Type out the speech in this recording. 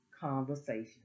conversation